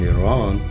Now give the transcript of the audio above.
Iran